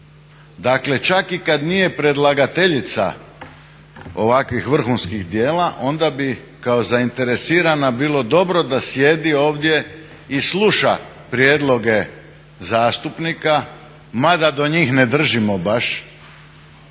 Dakle čak i kada nije predlagateljica ovakvih vrhunskih djela onda bi kao zainteresirana bilo dobro da sjedi ovdje i sluša prijedloge zastupnika mada do njih ne držimo baš